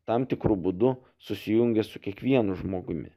tam tikru būdu susijungia su kiekvienu žmogumi